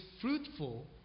fruitful